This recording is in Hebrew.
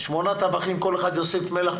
כל אחד יוסיף מלח,